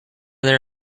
there